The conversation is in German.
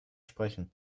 sprechen